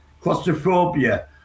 claustrophobia